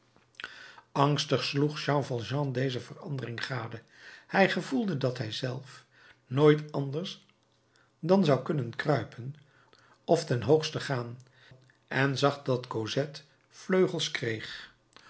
angstig sloeg jean valjean deze verandering gade hij gevoelde dat hij zelf nooit anders dan zou kunnen kruipen of ten hoogste gaan en zag dat cosette vleugels kreeg